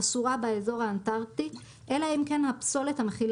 אסורה באזור האנטארקטי אלא אם כן הפסולת המכילה